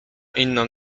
inną